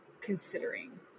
considering